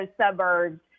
suburbs